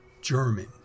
German